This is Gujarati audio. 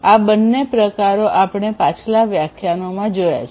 આ બંને પ્રકારો આપણે પાછલા વ્યાખ્યાનોમાં જોયા છે